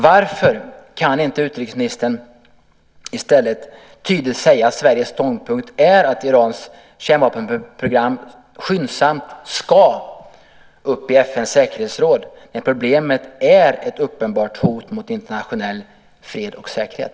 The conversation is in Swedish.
Varför kan utrikesministern inte i stället tydligt säga att Sveriges ståndpunkt är att Irans kärnvapenprogram skyndsamt ska upp i FN:s säkerhetsråd när problemet är ett uppenbart hot mot internationell fred och säkerhet?